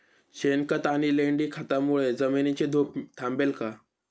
शेणखत आणि लेंडी खतांमुळे जमिनीची धूप थांबेल का?